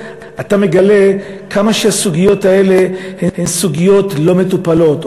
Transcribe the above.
אתה מגלה עד כמה הסוגיות האלה הן סוגיות לא מטופלות,